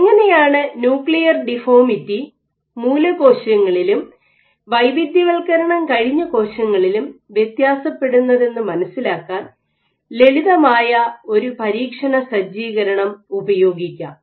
എങ്ങനെയാണ് nuclear deformity മൂലകോശങ്ങളിലും വൈവിധ്യവൽക്കരണം കഴിഞ്ഞ കോശങ്ങളിലും വ്യത്യാസപ്പെടുന്നത് എന്ന് മനസ്സിലാക്കാൻ ലളിതമായ ഒരു പരീക്ഷണ സജ്ജീകരണം ഉപയോഗിക്കാം